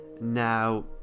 now